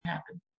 happen